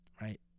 right